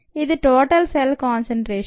ఇది total cell concentration